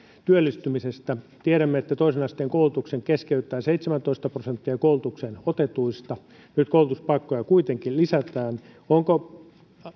työllistymisestä tiedämme että toisen asteen koulutuksen keskeyttää seitsemäntoista prosenttia koulutukseen otetuista nyt koulutuspaikkoja kuitenkin lisätään onko